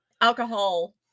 alcohol